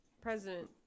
president